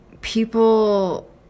people